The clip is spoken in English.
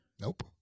Nope